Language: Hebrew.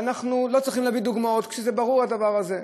ואנחנו לא צריכים להביא דוגמאות, ברור הדבר הזה.